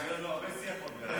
אז יהיה לנו הרבה שיח עוד מעט.